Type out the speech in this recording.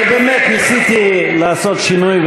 באמת ניסיתי לעשות שינוי,